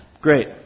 Great